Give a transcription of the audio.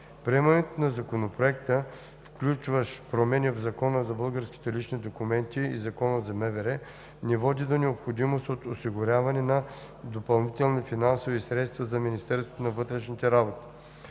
Приемането на Законопроекта, включващ промени в Закона за българските лични документи и Закона за Министерството на вътрешните работи, не води до необходимост от осигуряване на допълнителни финансови средства за Министерството на вътрешните работи.